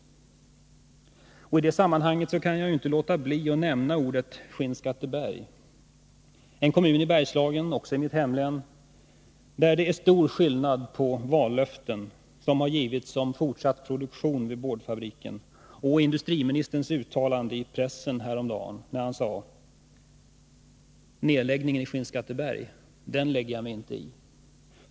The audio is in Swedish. I det sammanhanget kan jag inte låta bli att nämna ordet Skinnskatteberg — en kommun i Bergslagen, i mitt hemlän — där det är stor skillnad mellan de vallöften som givits om fortsatt produktion vid boardfabriken och industriministerns uttalande i pressen häromdagen, där han sade: Nedläggningen i Skinnskatteberg, den lägger jag mig inte i.